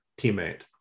teammate